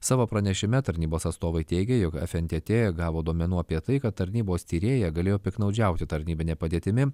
savo pranešime tarnybos atstovai teigė jog fntt gavo duomenų apie tai kad tarnybos tyrėja galėjo piktnaudžiauti tarnybine padėtimi